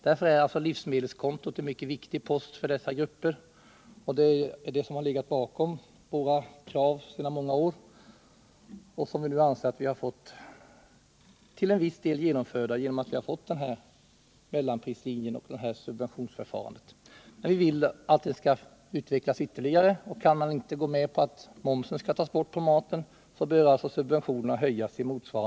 Därför är livsmedelskontot en väsentlig post för dessa grupper.